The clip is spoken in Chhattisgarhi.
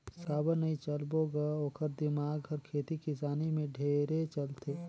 काबर नई चलबो ग ओखर दिमाक हर खेती किसानी में ढेरे चलथे